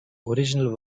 original